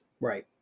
Right